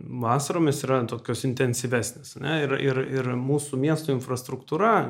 vasaromis yra tokios intensyvesnės ar ne ir ir ir mūsų miesto infrastruktūra